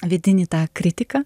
vidinį tą kritiką